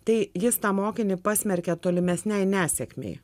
tai jis tą mokinį pasmerkia tolimesnei nesėkmei